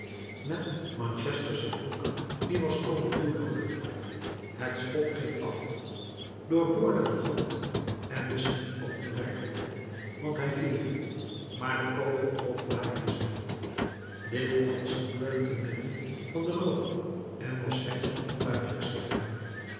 met manchestersche broek die was komen toeloopen het schot ging af doorboorde de hand en misschien ook den werkman want hij viel maar de kogel trof marius niet dit alles gebeurde te midden van den rook en was slechts onduidelijk zichtbaar